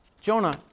Jonah